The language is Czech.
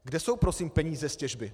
Kde jsou prosím peníze z těžby?